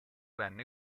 venne